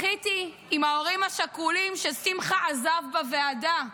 בכיתי עם ההורים השכולים ששמחה עזב בוועדה.